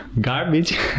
Garbage